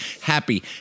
happy